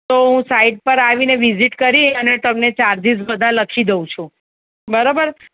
તો હું સાઇટ પર આવીને વિઝિટ કરી અને તમને ચાર્જિસ બધા લખી દઉં છું બરાબર